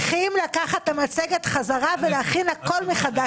הם צריכים לקחת את המצגת חזרה ולהכין הכול מחדש.